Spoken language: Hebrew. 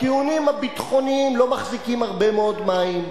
הטיעונים הביטחוניים לא מחזיקים הרבה מאוד מים,